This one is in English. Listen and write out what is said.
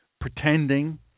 pretending